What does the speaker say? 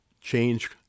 change